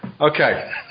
Okay